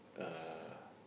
a